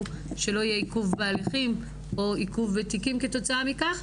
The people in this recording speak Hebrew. שלא יהיה עיכוב בהליכים או עיכוב בתיקים כתוצאה מכך.